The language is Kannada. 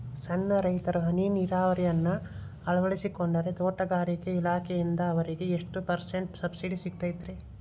ಸಣ್ಣ ರೈತರು ಹನಿ ನೇರಾವರಿಯನ್ನ ಅಳವಡಿಸಿಕೊಂಡರೆ ತೋಟಗಾರಿಕೆ ಇಲಾಖೆಯಿಂದ ಅವರಿಗೆ ಎಷ್ಟು ಪರ್ಸೆಂಟ್ ಸಬ್ಸಿಡಿ ಸಿಗುತ್ತೈತರೇ?